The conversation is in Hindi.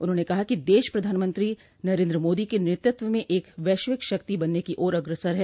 उन्होंने कहा कि देश प्रधानमंत्री नरेन्द्र मोदी के नेतत्व में एक वैश्विक शक्ति बनने की ओर अग्रसर है